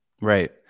right